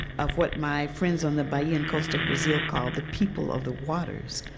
of what my friends on the but and coast of brazil call, the people of the waters.